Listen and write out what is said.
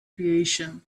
creation